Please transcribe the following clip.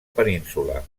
península